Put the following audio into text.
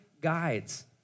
guides